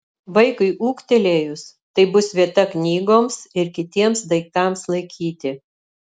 vaikui ūgtelėjus tai bus vieta knygoms ir kitiems daiktams laikyti